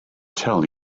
tell